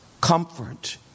comfort